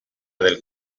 del